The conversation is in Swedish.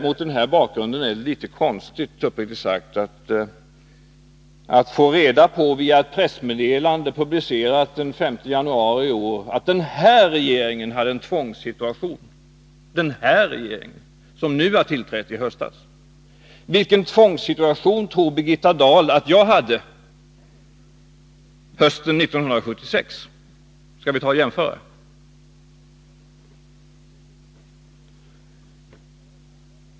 Mot den här bakgrunden är det litet konstigt, uppriktigt sagt, att få reda på via ett pressmeddelande, publicerat den 5 januari i år, att ”den här regeringen” hade en tvångssituation. Alltså ”den här regeringen” som har tillträtt i höstas. Vilken tvångssituation tror Birgitta Dahl att jag hade hösten 1976? Skall vi ta och jämföra?